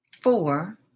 four